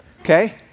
okay